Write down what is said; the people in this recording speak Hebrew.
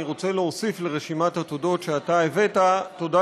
אני רוצה להוסיף לרשימת התודות שאתה הבאת תודה